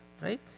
right